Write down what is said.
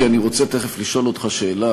כי אני רוצה תכף לשאול אותך שאלה,